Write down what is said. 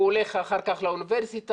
הוא הולך אחר כך לאוניברסיטה,